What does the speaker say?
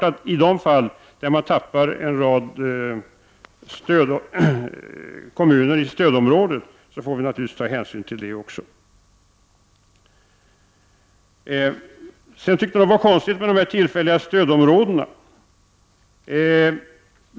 I de fall där man tappar en rad kommuner i stödområdet får vi naturligtvis ta hänsyn även till det. Charlotte Branting tycker att det är konstigt med de tillfälliga stödområdena.